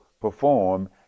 perform